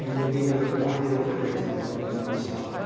ah you'll be able to find it over at real men real style.